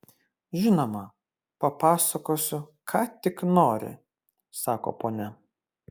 žinoma papasakosiu ką tik nori sako ponia